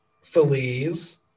Feliz